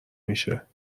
میشه